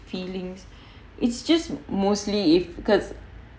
feelings it's just mostly if because